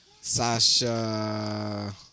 Sasha